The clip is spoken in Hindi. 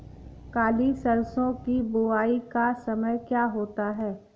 काली सरसो की बुवाई का समय क्या होता है?